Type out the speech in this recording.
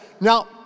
Now